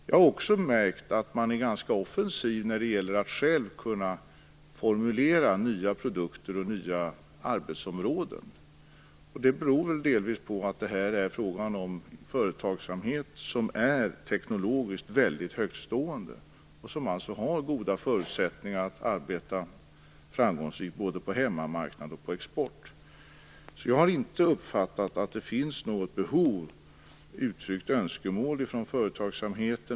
Jag har också märkt att man är ganska offensiv när det gäller att själv kunna formulera nya produkter och nya arbetsområden. Det beror väl delvis på att det här är fråga om företagsamhet som är teknologiskt väldigt högtstående, och som alltså har goda förutsättningar att arbeta framgångsrikt både på hemmamarknad och på exportmarknad. Jag har alltså inte uppfattat att det finns något behov av eller uttryckt önskemål om subventioner från företagsamheten.